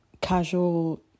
casual